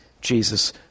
Jesus